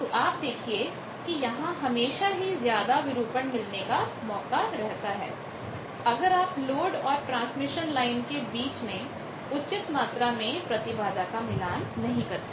तो आप देखिए कि यहां हमेशा ही ज्यादा विरूपण distortion डिस्टॉरशन मिलने का मौका रहता है अगर आप लोड और ट्रांसमिशन लाइन के बीच में उचित मात्रा में प्रतिबाधा का मिलान नहीं करते